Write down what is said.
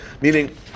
Meaning